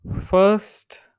First